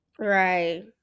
right